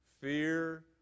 fear